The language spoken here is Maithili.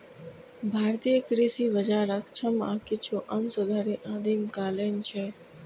भारतीय कृषि बाजार अक्षम आ किछु अंश धरि आदिम कालीन छै